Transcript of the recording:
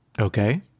okay